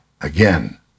again